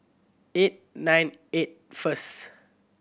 eight nine eight first